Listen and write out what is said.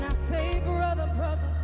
say brother, brother,